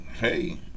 hey